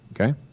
okay